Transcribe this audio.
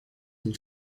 and